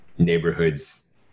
neighborhoods